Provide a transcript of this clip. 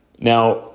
Now